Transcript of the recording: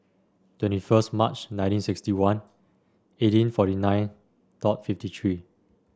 twenty first March nineteen sixty one eighteen forty nine dot fifty three